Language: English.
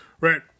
Right